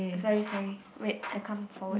sorry sorry wait I come forward